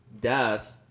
death